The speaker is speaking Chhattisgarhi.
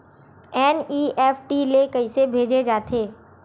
एन.ई.एफ.टी ले कइसे भेजे जाथे?